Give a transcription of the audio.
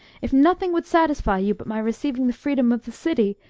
if nothing would satisfy you but my receiving the freedom of the city,